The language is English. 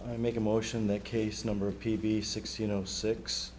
i make a motion that case number of p d six you know six